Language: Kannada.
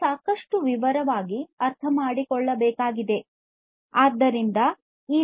ನಾವು ಸಾಕಷ್ಟು ವಿವರವಾಗಿ ಅರ್ಥಮಾಡಿಕೊಳ್ಳಬೇಕಾಗಿದೆ